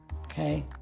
Okay